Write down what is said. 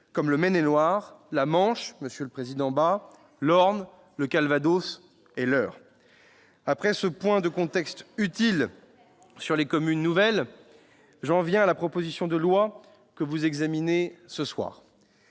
comme le Maine-et-Loire, la Manche, monsieur le président Bas, l'Orne, le Calvados ou l'Eure. Après ce point de contexte utile sur les communes nouvelles, j'en viens à la proposition de loi que vous examinez